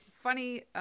Funny